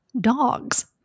dogs